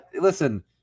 listen